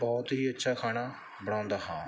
ਬਹੁਤ ਹੀ ਅੱਛਾ ਖਾਣਾ ਬਣਾਉਂਦਾ ਹਾਂ